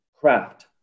craft